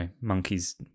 monkeys